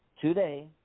today